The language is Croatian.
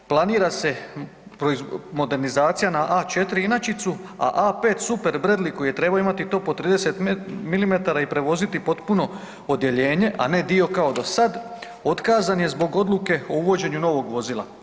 Planira se modernizacija na A4 inačicu, a A5 super Bradley koji je trebao imati top od 30 mm i prevoziti potpuno odjeljenje, a ne dio kao do sad otkazan je zbog odluke o uvođenju novog vozila.